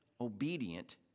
Obedient